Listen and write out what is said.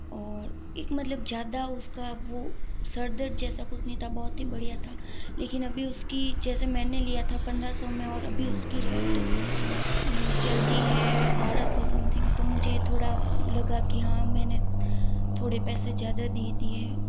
और एक मतलब ज़्यादा उसका वो सर दर्द जैसा कुछ नहीं था बहुत ही बढ़िया था लेकिन अभी उसकी जैसे मैंने लिया था पंद्रह सौ में और अभी उसकी रेट चल रही है बारह सौ सम्थिंग तो मुझे थोड़ा लगा की हाँ मैंने थोड़े पैसे ज़्यादा दे दिए हैं